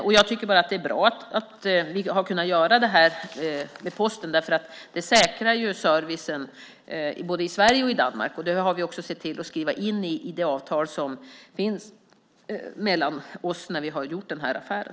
Jag tycker att det är bra att vi har kunnat göra det här med Posten, för det säkrar servicen både i Sverige och i Danmark. Det har vi också sett till att skriva in i det avtal som finns mellan oss när vi har gjort den här affären.